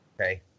okay